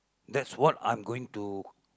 that's what I am going to